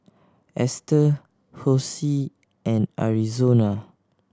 Esther Hosie and Arizona